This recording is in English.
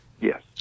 Yes